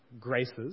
graces